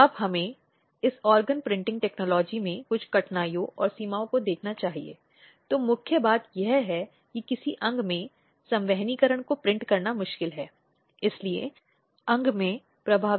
संदर्भस्लाइड देखें समय 2604 अगला महत्वपूर्ण स्थान है निवास क्रम